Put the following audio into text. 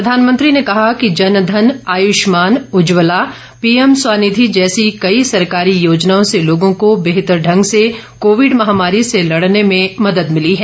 प्रधानमंत्री ने कहा कि जन धन आयुष्मान उज्जवला पीएम स्वःनिधि जैसी कई सरकारी योजनाओं से लोगों को बेहतर ढंग से कोविड महामारी से लड़ने में मदद मिली है